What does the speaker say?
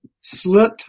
slit